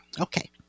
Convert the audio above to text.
Okay